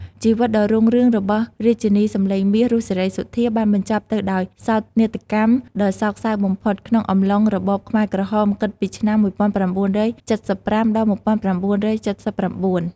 ជីវិតដ៏រុងរឿងរបស់រាជិនីសំឡេងមាស រស់ សេរីសុទ្ធា បានបញ្ចប់ទៅដោយ សោកនាដកម្មដ៏សោកសៅបំផុត ក្នុងអំឡុង របបខ្មែរក្រហម គិតពីឆ្នាំ ១៩៧៥ ដល់ ១៩៧៩។